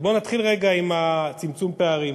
אז בואו נתחיל רגע עם צמצום הפערים,